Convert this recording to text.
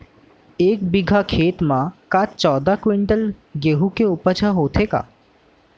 एक बीघा खेत म का चौदह क्विंटल गेहूँ के उपज ह होथे का?